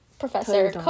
professor